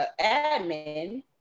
admin